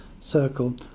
circle